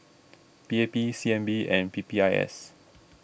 P A P C N B and P P I S